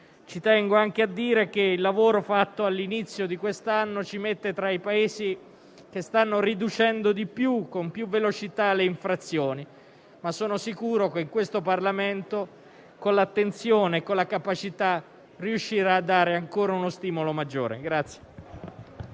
Tengo anche a dire che il lavoro fatto all'inizio di quest'anno colloca l'Italia tra i Paesi che stanno riducendo di più e con più velocità le infrazioni, ma sono sicuro che questo Parlamento, con la sua attenzione e con la sua capacità, riuscirà a dare uno stimolo ancora maggiore.